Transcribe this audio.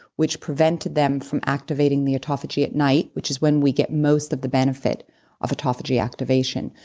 which prevented them from activating the autophagy at night, which is when we get most of the benefit of autophagy activation.